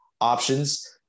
options